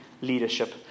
leadership